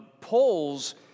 polls